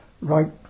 right